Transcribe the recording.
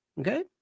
okay